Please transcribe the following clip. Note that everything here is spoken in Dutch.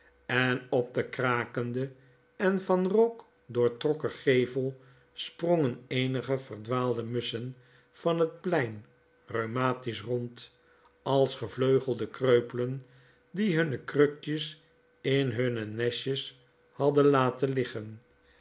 en op de krakende en van rook doortrokken gevel sprongen eenige verdwaalde musschen van het plein rheumatisch rond als gevleugelde kreupelen die hunne krukjes in hunne nestjes hadden laten liggen